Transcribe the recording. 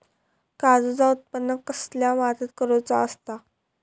काजूचा उत्त्पन कसल्या मातीत करुचा असता?